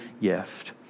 gift